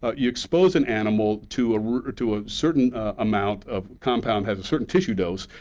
ah you expose an animal to ah to a certain amount of compound, has a certain tissue dose,